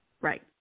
Right